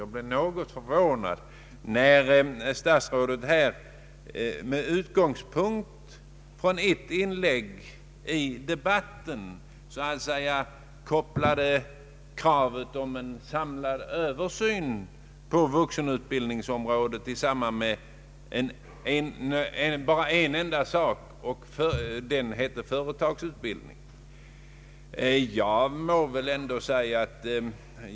Jag blev något förvånad när statsrådet med utgångspunkt i ett inlägg i debatten kopplade samman kravet på en samlad översyn på vuxenutbildningens område med en enda sak, nämligen företagsutbildningen.